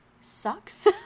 sucks